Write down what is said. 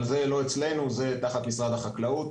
אבל זה לא אצלנו, זה תחת משרד החקלאות.